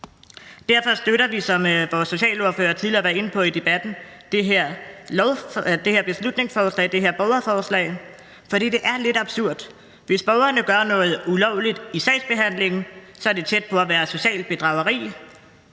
Derfor støtter vi, som vores socialordfører tidligere har været inde på i debatten, det her beslutningsforslag, det her borgerforslag. Det er nemlig absurd, for hvis borgerne gør noget ulovligt i sagsbehandlingen, er det tæt på at være socialt bedrageri,